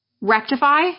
Rectify